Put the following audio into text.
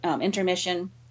intermission